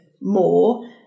more